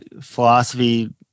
philosophy